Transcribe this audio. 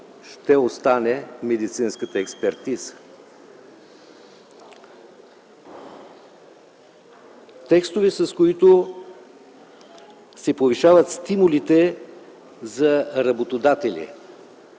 ще остане медицинската експертиза. Текстове, с които се повишават стимулите за работодатели,